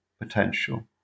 potential